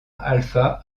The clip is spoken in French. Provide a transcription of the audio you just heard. alfa